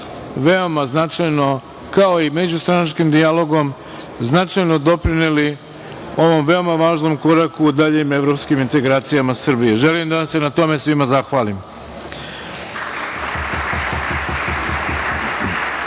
veoma značajno, kao i međustranačkim dijalogom, značajno doprineli ovom veoma važnom koraku u daljim evropskim integracijama Srbije. Želim da vam se na tome svima zahvalim. Takođe,